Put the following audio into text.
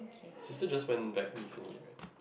sister just went back recently right